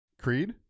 Creed